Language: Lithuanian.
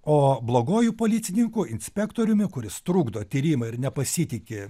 o bloguoju policininku inspektoriumi kuris trukdo tyrimą ir nepasitiki